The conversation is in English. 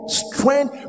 strength